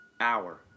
hour